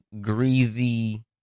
greasy